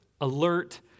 alert